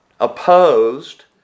opposed